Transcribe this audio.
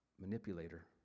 manipulator